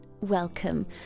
welcome